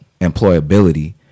employability